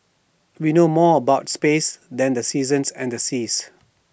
we know more about space than the seasons and the seas